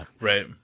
right